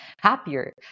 happier